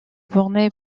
bornée